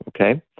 okay